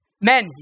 Men